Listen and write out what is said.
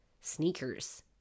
sneakers